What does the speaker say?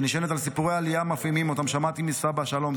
שנשענת על סיפורי העלייה המפעימים ששמעתי מסבא שלום,